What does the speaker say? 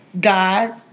God